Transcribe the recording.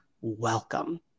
welcome